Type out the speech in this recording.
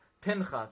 Pinchas